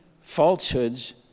falsehoods